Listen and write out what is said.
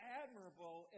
admirable